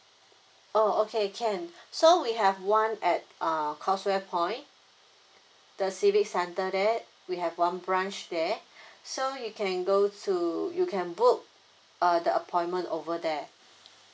oh okay can so we have one at uh causeway point the civic center there we have one branch there so you can go to you can book uh the appointment over there